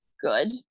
Good